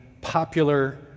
popular